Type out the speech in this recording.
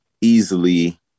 easily